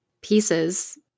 pieces